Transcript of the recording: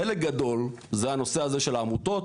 חלק גדול זה הנושא הזה של העמותות.